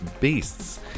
beasts